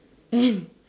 and